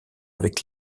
avec